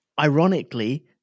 ironically